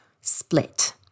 split